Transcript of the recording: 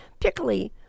pickly